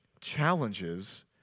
challenges